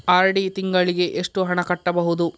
RD ತಿಂಗಳಿಗೆ ಎಷ್ಟು ಹಣ ಕಟ್ಟಬಹುದು?